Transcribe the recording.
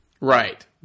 Right